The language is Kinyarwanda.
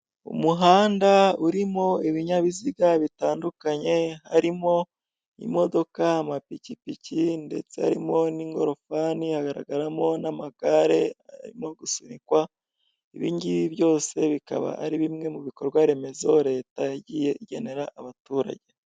Umuhanda urimo ibinyabiziga bitandukanye, harimo imodoka, amapikipiki, ndetse harimo n'ingorofani, hagaragaramo n'amagare arimo gusunikwa, ibi ngibi byose bikaba ari bimwe mu bikorwa remezo leta yagiye igenera abaturage.